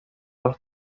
los